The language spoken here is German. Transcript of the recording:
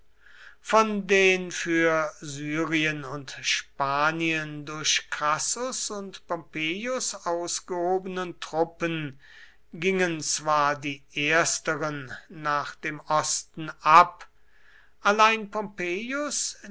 von den für syrien und spanien durch crassus und pompeius ausgehobenen truppen gingen zwar die ersteren nach dem osten ab allein pompeius